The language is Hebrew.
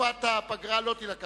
תקופת הפגרה לא תובא בחשבון.